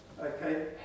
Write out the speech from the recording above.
Okay